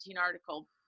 article